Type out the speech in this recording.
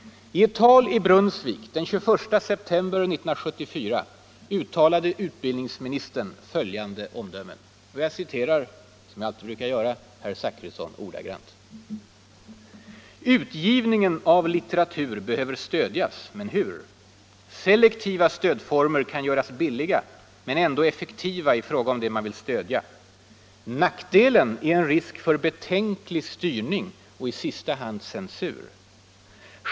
I ett tal i Brunnsvik den 21 september 1974 uttalade utbildningsministern följande omdömen: "Utgivningen av litteratur behöver stödjas, men hur? Selektiva stödformer kan göras billiga men ändå effektiva i fråga om det man vill stödja. Nackdelen är en risk för betänklig styrning och i sista hand censur.